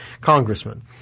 congressman